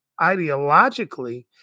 ideologically